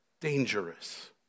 dangerous